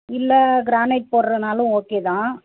இல்லை க்ரானைட் போட்றனாலும் ஓகே தான்